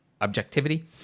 objectivity